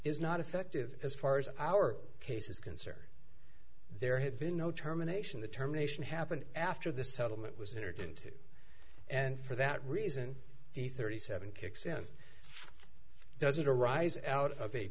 is not effective as far as our case is concerned there had been no terminations the term nation happened after the settlement was entered into and for that reason the thirty seven kicks in doesn't arise out of a